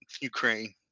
Ukraine